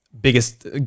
biggest